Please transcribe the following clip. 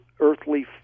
earthly